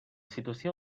situació